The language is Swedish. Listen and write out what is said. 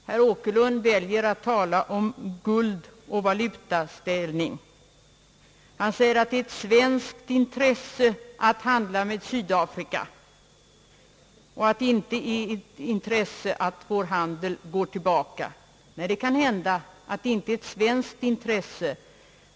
Herr Åkerlund väljer att tala om guld och valutaställning. Han säger att det är ett svenskt intresse att handla med Sydafrika och att denna vår handel inte bör gå tillbaka. Nej, det kan hända.